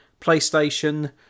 PlayStation